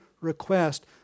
request